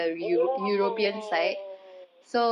!whoa!